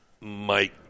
Mike